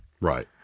Right